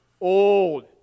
old